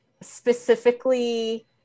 specifically